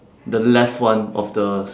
the left one of the